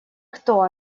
кто